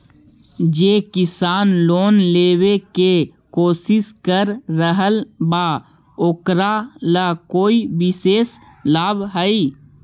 जे किसान लोन लेवे के कोशिश कर रहल बा ओकरा ला कोई विशेष लाभ हई?